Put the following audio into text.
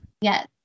Yes